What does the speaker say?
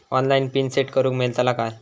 Online PIN set करूक मेलतलो काय?